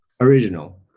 Original